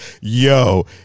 yo